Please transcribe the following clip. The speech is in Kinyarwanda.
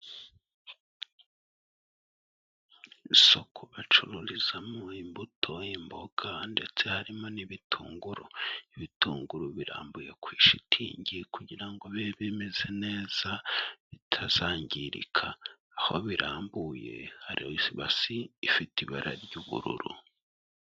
Isoko bacururizamo imbuto, imboboga ndetse harimo n'ibitunguru, ibitunguru birambuye kuri shitingi kugira ngo bibe bimeze neza, bitazangirika, aho birambuye hariho ibase ifite ibara ry'ubururu.